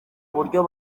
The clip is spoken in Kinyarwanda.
buryo